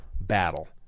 battle